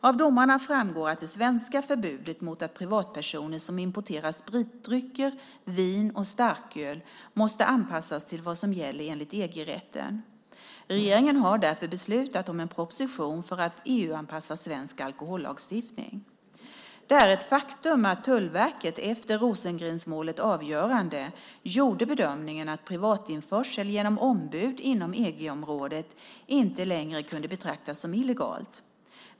Av domarna framgår att det svenska förbudet mot att privatpersoner importerar spritdrycker, vin och starköl måste anpassas till vad som gäller enligt EG-rätten. Regeringen har därför beslutat om en proposition för att EU-anpassa svensk alkohollagstiftning. Det är ett faktum att Tullverket, efter Rosengrensmålets avgörande, gjorde bedömningen att privatinförsel genom ombud inom EG-området inte längre kunde betraktas som illegal.